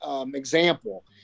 example